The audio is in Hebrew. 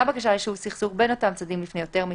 בקשה ליישוב סכסוך בין אותם צדדים לפני יותר משנה,